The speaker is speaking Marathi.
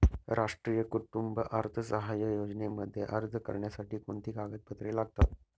राष्ट्रीय कुटुंब अर्थसहाय्य योजनेमध्ये अर्ज करण्यासाठी कोणती कागदपत्रे लागतात?